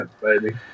baby